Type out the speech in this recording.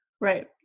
Right